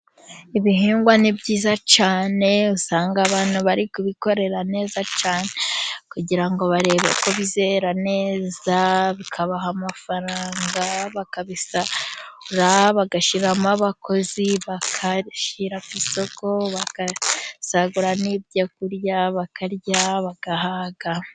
Ibihingwa ni byiza cyane, usanga abantu bari kubikorera neza cyane, kugira ngo barebe ko bizera neza, bikabaha amafaranga, bakabisarura, bagashyiramo abakozi, bakashyira ku isoko, bagasagura ibyo kurya, bakarya, bagahaga.